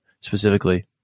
specifically